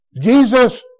Jesus